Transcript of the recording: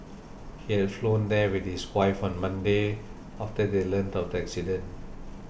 he had flown there with his wife on Monday after they learnt of the accident